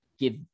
give